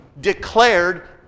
declared